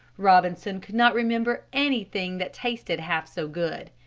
robinson could not remember anything that tasted half so good.